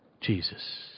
Jesus